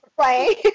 play